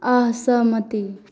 असहमति